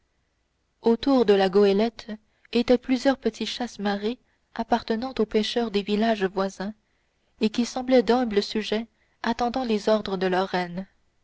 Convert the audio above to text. autour de la goélette étaient plusieurs petits chasse marée appartenant aux pêcheurs des villages voisins et qui semblaient d'humbles sujets attendant les ordres de leur reine